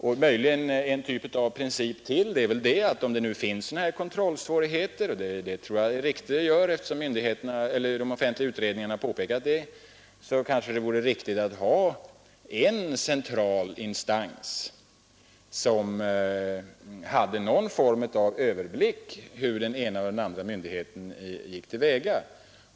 Om det finns kontrollsvårigheter — och det tror jag är riktigt, eftersom de offentliga utredningarna har påpekat det — kanske det vore lämpligt att ha en central instans som hade någon form av överblick över hur den ena och den andra myndigheten gick till väga.